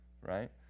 Right